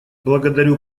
благодарю